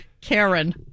Karen